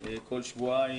כל שבועיים,